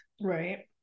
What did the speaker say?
Right